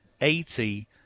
eighty